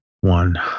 one